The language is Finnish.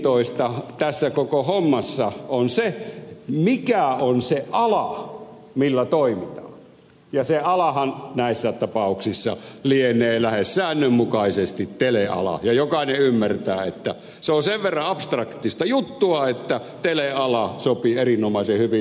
mielenkiintoista tässä koko hommassa on se mikä on se ala millä toimitaan ja se alahan näissä tapauksissa lienee lähes säännönmukaisesti teleala ja jokainen ymmärtää että se on sen verran abstraktista juttua että teleala sopii erinomaisen hyvin